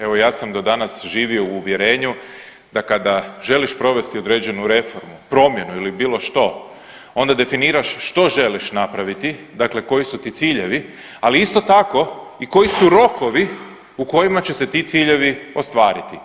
Evo ja sam do danas živio u uvjerenju da kada želiš provesti određenu reformu, promjenu ili bilo što onda definiraš što želiš napraviti, dakle koji su ti ciljevi, ali isto tako i koji su rokovi u kojima će se ti ciljevi ostvariti.